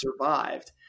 survived